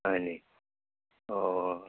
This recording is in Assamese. হয় নেকি অঁ